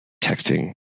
Texting